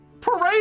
Parade